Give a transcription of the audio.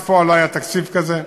בפועל לא היה תקציב כזה.